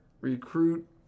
recruit